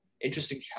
Interesting